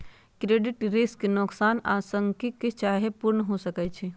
credit risk नोकसान आंशिक चाहे पूर्ण हो सकइ छै